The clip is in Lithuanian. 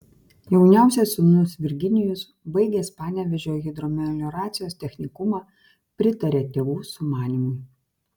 jauniausias sūnus virginijus baigęs panevėžio hidromelioracijos technikumą pritarė tėvų sumanymui